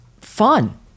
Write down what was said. fun